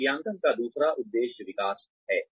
मूल्यांकन का दूसरा उद्देश्य विकास है